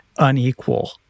unequal